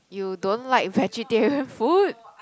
you don't like vegetarian food